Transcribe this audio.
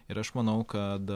ir aš manau kad